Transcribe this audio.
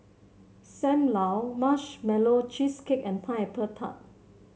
Sam Lau Marshmallow Cheesecake and Pineapple Tart